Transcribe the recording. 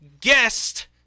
guest